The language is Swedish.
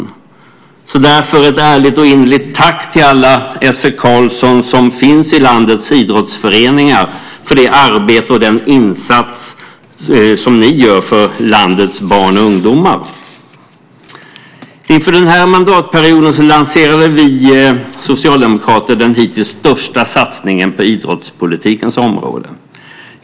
Därför ett ärligt och innerligt tack till alla Esse Carlsson som finns i landets idrottsföreningar för det arbete och den insats som de gör för landets barn och ungdomar! Inför den här mandatperioden lanserade vi socialdemokrater den hittills största satsningen på idrottspolitikens område.